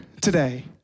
today